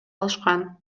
алышкан